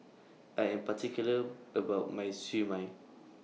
I Am particular about My Siew Mai